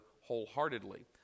wholeheartedly